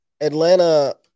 Atlanta